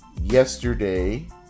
Yesterday